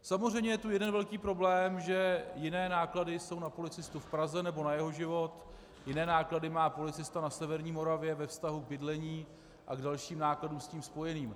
Samozřejmě je tu jeden velký problém, že jiné náklady jsou na policistu v Praze, nebo na jeho život, jiné náklady má policista na severní Moravě ve vztahu k bydlení a dalším nákladům s tím spojeným.